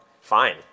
fine